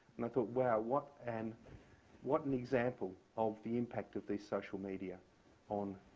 and i thought, wow, what and what an example of the impact of these social media on